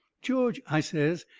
george, i says,